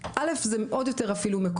זה אפילו עוד יותר מקומם.